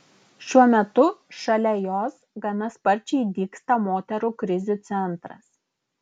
šiuo metu šalia jos gana sparčiai dygsta moterų krizių centras